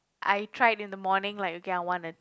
I tried in the morning like okay I wanna